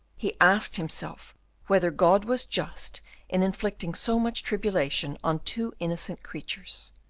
he asked himself whether god was just in inflicting so much tribulation on two innocent creatures.